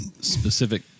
specific